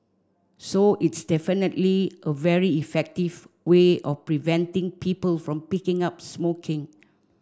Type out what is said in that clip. so it's definitely a very effective way of preventing people from picking up smoking